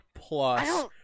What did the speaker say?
plus